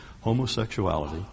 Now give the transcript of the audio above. homosexuality